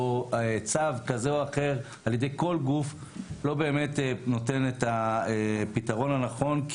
צו כזה או אחר על ידי כל גוף לא באמת נותן את הפתרון הנכון.